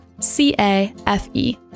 c-a-f-e